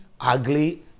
ugly